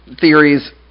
theories